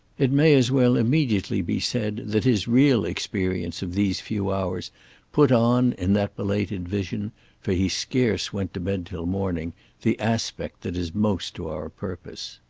it may as well immediately be said that his real experience of these few hours put on, in that belated vision for he scarce went to bed till morning the aspect that is most to our purpose.